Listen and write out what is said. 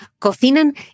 cocinan